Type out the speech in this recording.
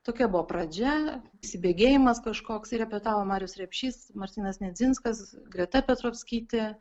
tokia buvo pradžia įsibėgėjimas kažkoks repetavo marius repšys martynas nedzinskas greta petrovskytė